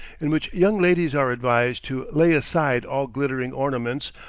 in which young ladies are advised to lay aside all glittering ornaments,